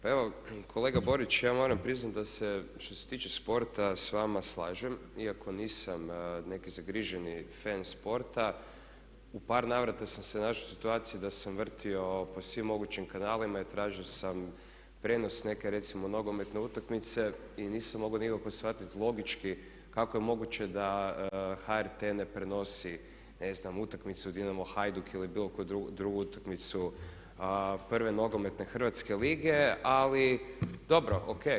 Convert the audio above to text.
Pa evo kolega Borić ja moram priznati da se što se tiče sporta s vama slažem, iako nisam neki zagriženi fan sporta u par navrata sam se našao u situaciji da sam vrtio po svim mogućim kanalima i tražio sam prijenos neke recimo nogometne utakmice i nisam mogao nikako shvatiti logički kako je moguće da HRT ne prenosi ne znam utakmicu Dinamo-Hajduk ili bilo koju drugu utakmicu 1. nogometne hrvatske lige, ali dobro, ok.